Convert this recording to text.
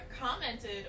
commented